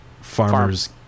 farmers